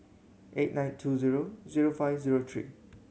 eight nine two zero zero five zero three